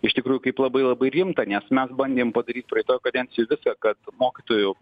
iš tikrųjų kaip labai labai rimtą nes mes bandėm padaryt praeitoj kadencijoj viską kad mokytojų